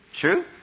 True